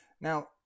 Now